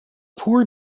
poor